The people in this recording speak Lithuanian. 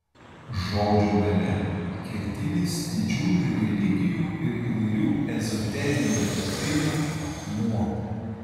žodžio galia kertinis didžiųjų religijų ir įvairių ezoterinių doktrinų akmuo